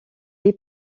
est